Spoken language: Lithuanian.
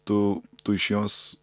tu tu iš jos